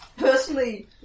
Personally